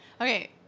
Okay